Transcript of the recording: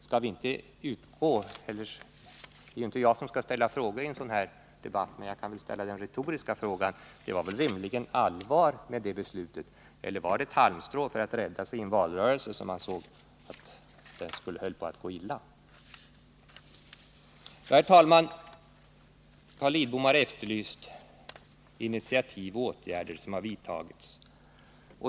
Det är visserligen inte jag som skall ställa frågor i en sådan här debatt, men jag kan väl ändå få ställa den retoriska frågan: Det var väl rimligen allvar bakom det beslutet? Eller var det bara ett halmstrå för att rädda sig i en valrörelse när man såg att det höll på att gå illa? Herr talman! Carl Lidbom har frågat vilka initiativ till åtgärder som tagits.